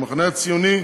המחנה הציוני,